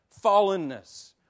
fallenness